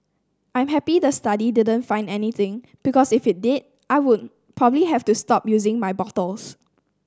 I'm happy the study didn't find anything because if it did I would probably have to stop using my bottles